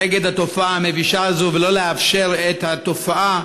נגד התופעה המבישה הזאת ולא לאפשר את התופעה,